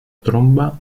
tromba